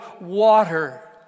water